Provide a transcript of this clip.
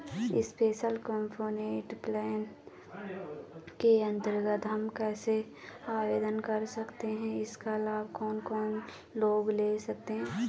Special component plan के अन्तर्गत हम कैसे आवेदन कर सकते हैं इसका लाभ कौन कौन लोग ले सकते हैं?